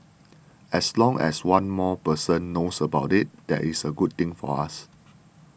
as long as one more person knows about it that is a good thing for us